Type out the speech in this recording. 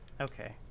Okay